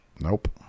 Nope